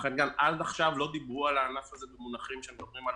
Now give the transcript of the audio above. לכן עד עכשיו לא דיברו על הענף הזה במונחים שבהם מדברים על